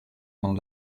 van